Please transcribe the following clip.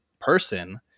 person